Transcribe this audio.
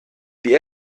die